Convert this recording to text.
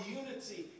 unity